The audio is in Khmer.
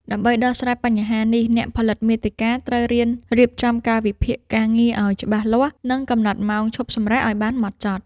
ដើម្បីដោះស្រាយបញ្ហានេះ អ្នកផលិតមាតិកាត្រូវរៀនរៀបចំកាលវិភាគការងារឱ្យច្បាស់លាស់ និងកំណត់ម៉ោងឈប់សម្រាកឱ្យបានម៉ត់ចត់។